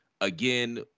Again